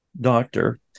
doctor